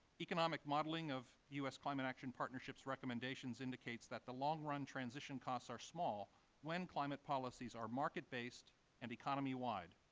economic modeling of u s. climate action partnership's recommendations indicates that the long run transition costs are small when climate policies are market-based and economy wide,